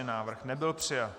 Návrh nebyl přijat.